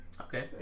Okay